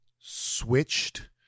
switched